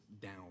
down